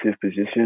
position